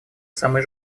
самый